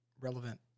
relevant